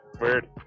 Weird